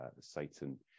satan